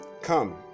come